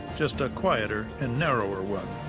just a quieter and narrower one.